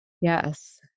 Yes